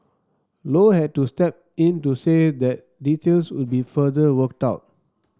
low had to step in to say that details would be further worked out